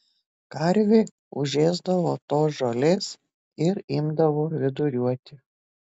karvė užėsdavo tos žolės ir imdavo viduriuoti